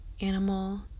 animal